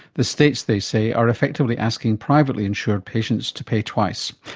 the states, they say, are effectively asking privately insured patients to pay twice.